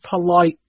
polite